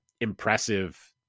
impressive